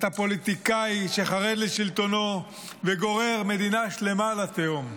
אתה פוליטיקאי שחרד לשלטונו וגורר מדינה שלמה לתהום.